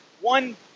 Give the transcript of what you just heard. One